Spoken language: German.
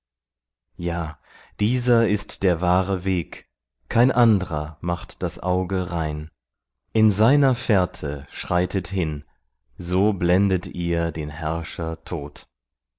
ja dieser ist der wahre weg kein andrer macht das auge rein in seiner fährte schreitet hin so blendet ihr den herrscher tod